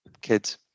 Kids